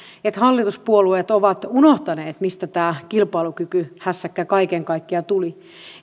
että hallituspuolueet ovat unohtaneet mistä tämä kilpailukykyhässäkkä kaiken kaikkiaan tuli